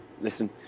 listen